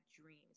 dreams